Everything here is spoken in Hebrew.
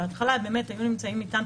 בהתחלה היינו נמצאים איתם,